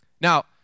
Now